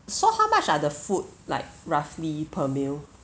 so how much are the food like roughly per meal